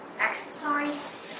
exercise